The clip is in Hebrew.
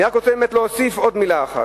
אני רק רוצה באמת להוסיף עוד מלה אחת.